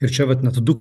ir čia vat net du